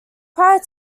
prior